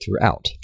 throughout